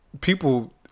people